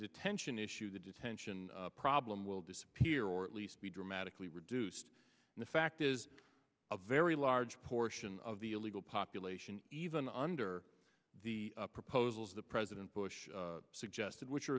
pension issue the detention problem will disappear or at least be dramatically reduced the fact is a very large portion of the illegal population even under the proposals the president bush suggested which are